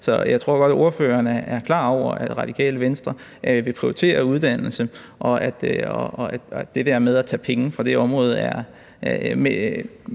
Så jeg tror godt, at ordføreren er klar over, at Radikale Venstre vil prioritere uddannelse, og at det der med at tage penge fra det område er ...